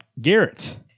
Garrett